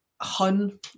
hun